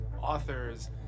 authors